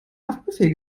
haftbefehl